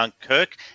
Kirk